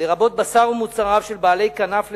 לרבות בשר ומוצריו של בעלי כנף לסוגיהם.